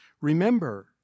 remember